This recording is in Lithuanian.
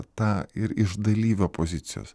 tą ir iš dalyvio pozicijos